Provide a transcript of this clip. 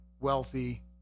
wealthy